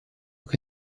che